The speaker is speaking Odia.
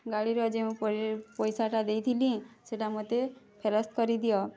ଗାଡ଼ିର ଯେଉଁ ପରି ପଇସାଟା ଦେଇଥିଲି ସେଇଟା ମୋତେ ଫେରସ୍ତ କରିଦିଅ